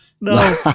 No